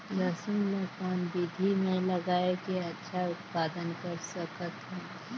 लसुन ल कौन विधि मे लगाय के अच्छा उत्पादन कर सकत हन?